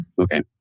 Okay